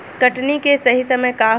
कटनी के सही समय का होला?